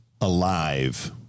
alive